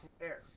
air